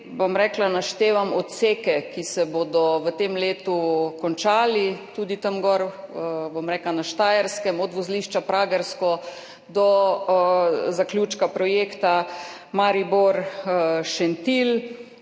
bom rekla, naštevam odseke, ki se bodo v tem letu končali tudi tam gori na Štajerskem, od vozlišča Pragersko do zaključka projekta Maribor–Šentilj.